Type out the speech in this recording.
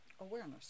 awareness